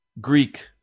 Greek